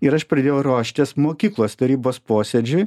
ir aš pradėjau ruoštis mokyklos tarybos posėdžiui